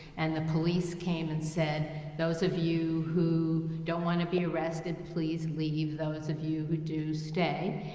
and the police came and said, those of you who don't wanna be arrested, please leave. those of you who do, stay.